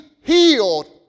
healed